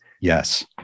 Yes